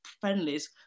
friendlies